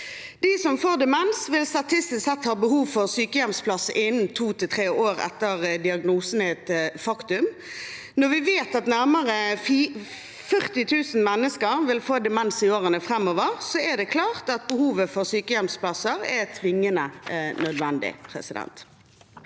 De som får demens, vil statistisk sett ha behov for sykehjemsplass innen to–tre år etter at diagnosen er et faktum. Når vi vet at nærmere 40 000 mennesker vil få demens i årene framover, er det klart at behovet for sykehjemsplasser er tvingende nødvendig. Dessverre